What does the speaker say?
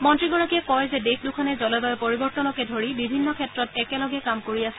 মন্ত্ৰীগৰাকীয়ে কয় যে দেশ দুখনে জলবায়ু পৰিৱৰ্তনকে ধৰি বিভিন্ন ক্ষেত্ৰত একেলগে কাম কৰি আছে